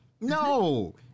No